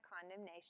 condemnation